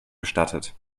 gestattet